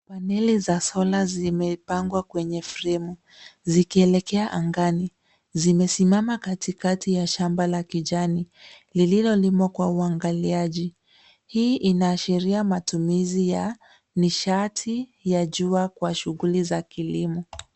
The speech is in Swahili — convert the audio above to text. paneli za sola zimepangwa kwenye fremu zikielekea angani. Zimesimama katikati ya shamba la kijani lililolimwa kwa uangaliaji. Hii inaashiria matumizi ya nishati ya jua kwa shughuli za kilimo.